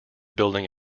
building